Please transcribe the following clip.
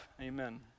Amen